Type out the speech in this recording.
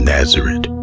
Nazareth